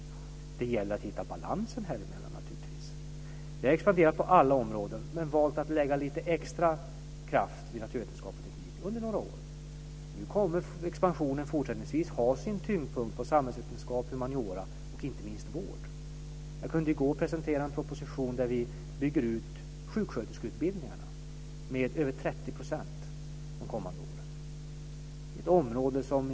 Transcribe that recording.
Det gäller att hitta balansen. Vi har expanderat på alla områden men valt att lägga extra kraft på naturvetenskap och teknik under några år. Nu kommer expansionen fortsättningsvis att ha sin tyngdpunkt på samhällsvetenskap, humaniora och inte minst vård. Jag kunde i går presentera en proposition som innebär att vi bygger ut sjuksköterskeutbildningarna med över 30 % de kommande åren.